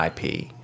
IP